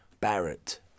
Barrett